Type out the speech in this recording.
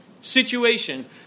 situation